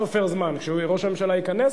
עוצרים באמצע השוונג.